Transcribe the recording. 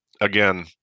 again